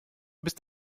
bist